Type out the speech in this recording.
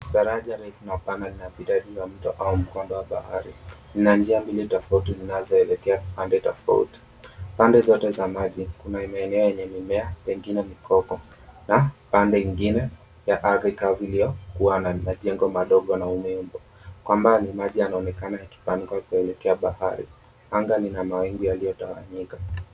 Daraja refu na pana linapita juu ya mto au mkondo wa bahari. Lina njia mbili tofauti zinazoelekea pande tofauti. Pande zote za maji, kuna eneo yenye mimea pengine mikoko na pande nyingine ya ardhi kavu iliyokuwa na majengo madogo na unyevu. Kwa mbali maji yanaoonekana yakipanuka kuelekea bahari. Anga lina mawingu yaliyotawanyika.